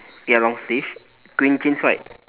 ya long sleeve green jeans right